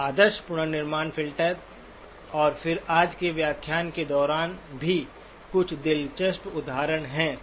आदर्श पुनर्निर्माण फिल्टर और फिर आज के व्याख्यान के दौरान भी कुछ दिलचस्प उदाहरण हैं